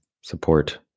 support